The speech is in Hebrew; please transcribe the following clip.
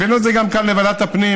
הבאנו את זה גם לכאן, לוועדת הפנים.